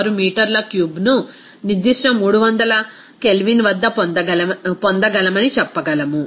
6 మీటర్ల క్యూబ్ను నిర్దిష్ట 300 K వద్ద పొందగలమని చెప్పగలం